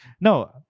no